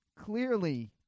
clearly